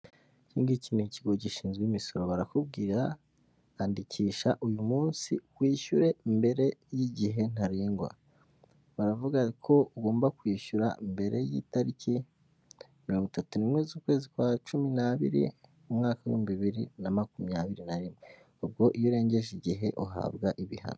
Iki ngiki ikigo gishinzwe imisoro barakubwira andikisha uyu munsi wishyure mbere y'igihe ntarengwa baravuga ko ugomba kwishyura mbere y'itariki mirongo itatu rimwe z'ukwezi kwa cumi n'abiri umwaka w'ibihumbi bibiri na makumyabiri nari rimwe, ubwo iyo urengeje igihe uhabwa ibihano.